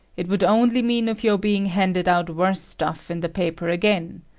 it would only mean of your being handed out worse stuff in the paper again.